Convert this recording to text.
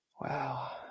Wow